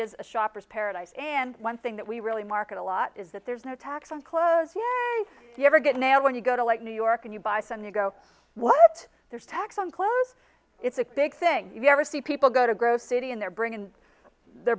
is a shoppers paradise and one thing that we really market a lot is that there's no tax on clothes yet you ever get mail when you go to like new york and you buy san diego what there's tax on clothes it's a big thing you ever see people go to growth city and they're bringing they're